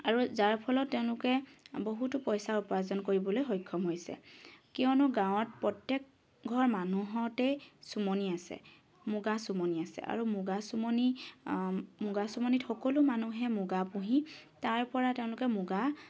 আৰু যাৰ ফলত তেওঁলোকে বহুতো পইচা উপাৰ্জন কৰিবলৈ সক্ষম হৈছে কিয়নো গাঁৱত প্ৰত্যেক ঘৰ মানুহতেই চুমনি আছে মুগা চোমনি আছে আৰু মুগা চোমনি মুগা চোমনিত সকলো মানুহে মুগা পুহি তাৰপৰা তেওঁলোকে মুগা